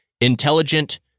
Intelligent